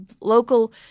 local